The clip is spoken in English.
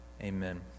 Amen